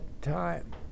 time